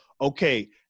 okay